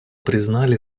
признали